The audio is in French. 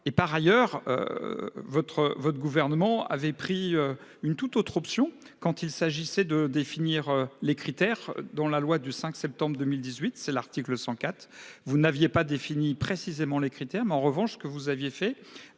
par ailleurs. Votre votre gouvernement avait pris une toute autre option quand il s'agissait de définir les critères dans la loi du 5 septembre 2018, c'est l'article 104. Vous n'aviez pas défini précisément les critères mais en revanche que vous aviez fait